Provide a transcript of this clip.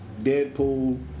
Deadpool